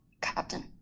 captain